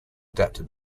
adapted